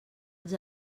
els